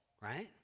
Right